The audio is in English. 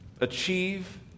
achieve